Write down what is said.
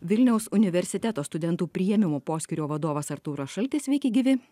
vilniaus universiteto studentų priėmimo poskyrio vadovas artūras šaltis sveiki gyvi